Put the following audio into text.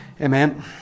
Amen